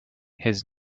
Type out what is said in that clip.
his